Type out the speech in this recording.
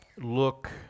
look